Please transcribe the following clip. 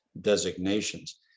designations